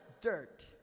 dirt